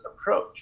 approach